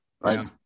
Right